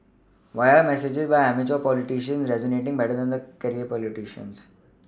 why are the messages by amateur politicians resonating better than the career politicians